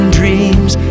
dreams